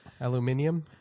Aluminium